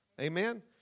Amen